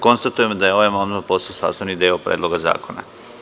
Konstatujem da je ovaj amandman postao sastavni deo Predloga zakona.